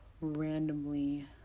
randomly